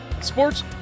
sports